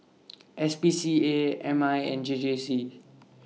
S P C A M I and J J C